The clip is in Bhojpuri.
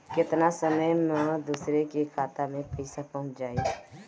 केतना समय मं दूसरे के खाता मे पईसा पहुंच जाई?